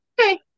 Okay